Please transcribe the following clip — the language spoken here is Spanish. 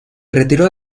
retiró